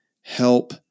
help